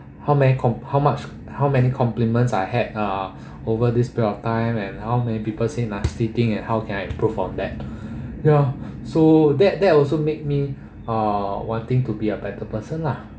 how many com~ how much how many compliments I had uh over this period of time and how many people say nasty things and how can I improve on that ya so that that also make me uh wanting to be a better person lah